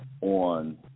on